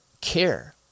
care